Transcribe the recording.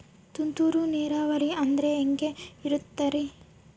ತುಂತುರು ನೇರಾವರಿ ಅಂದ್ರೆ ಹೆಂಗೆ ಇರುತ್ತರಿ?